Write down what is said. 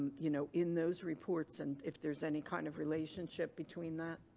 you know, in those reports and if there's any kind of relationship between that?